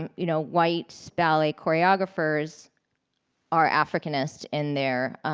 and you know, white so ballet choreographers are africanist in their